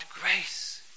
grace